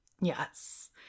Yes